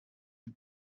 and